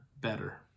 better